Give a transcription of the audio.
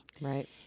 Right